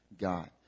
God